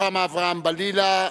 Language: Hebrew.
רוחמה אברהם-בלילא,